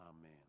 amen